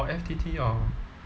or F_T_T or